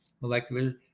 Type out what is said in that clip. molecular